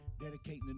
dedicating